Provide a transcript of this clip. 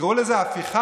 קראו לזה "הפיכה